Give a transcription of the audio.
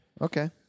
Okay